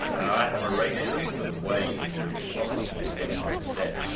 our admiration for the way in which socrates went to his death,